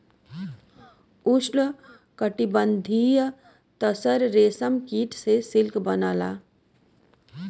उष्णकटिबंधीय तसर रेशम कीट से सिल्क बनला